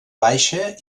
baixa